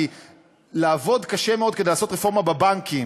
כי לעבוד קשה מאוד כדי לעשות רפורמה בבנקים,